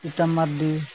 ᱯᱤᱛᱟᱹᱢ ᱢᱟᱱᱰᱤ